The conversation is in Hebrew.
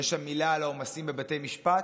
יש שם מילה על העומסים בבתי משפט?